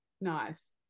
nice